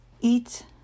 eat